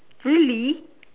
really